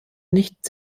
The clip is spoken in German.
nicht